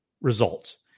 results